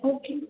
okay